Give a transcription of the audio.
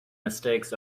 mistakes